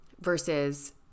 versus